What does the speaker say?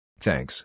Thanks